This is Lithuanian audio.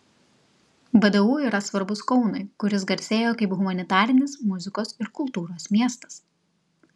vdu yra svarbus kaunui kuris garsėjo kaip humanitarinis muzikos ir kultūros miestas